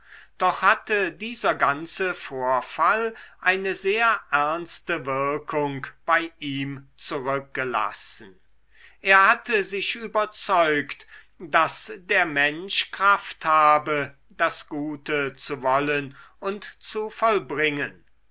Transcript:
doch hatte dieser ganze vorfall eine sehr ernste wirkung bei ihm zurückgelassen er hatte sich überzeugt daß der mensch kraft habe das gute zu wollen und zu vollbringen